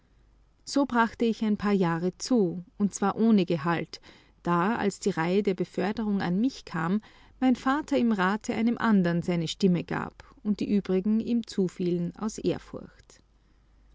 so brachte ich ein paar jahre zu und zwar ohne gehalt da als die reihe der beförderung an mich kam mein vater im rate einem andern seine stimme gab und die übrigen ihm zufielen aus ehrfurcht